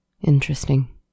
Interesting